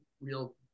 real